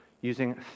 using